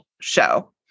show